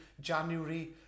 January